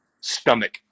stomach